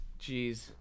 Jeez